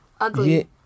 ugly